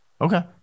Okay